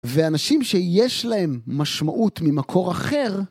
ואנשים שיש להם משמעות ממקור אחר...